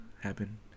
happen